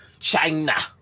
China